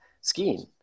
skiing